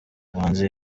manzi